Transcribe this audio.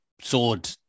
sword